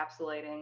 encapsulating